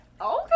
Okay